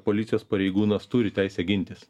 policijos pareigūnas turi teisę gintis